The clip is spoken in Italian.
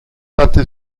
data